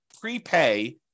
prepay